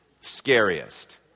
scariest